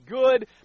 good